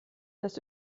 das